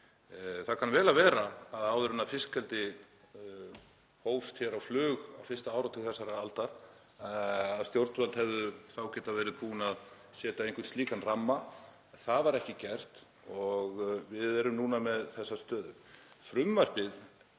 Það kann vel að vera að áður en fiskeldi fór hér á flug á fyrsta áratug þessarar aldar hefðu stjórnvöld getað verið búin að setja einhvern slíkan ramma en það var ekki gert og við erum núna með þessa stöðu.